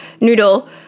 Noodle